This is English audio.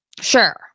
Sure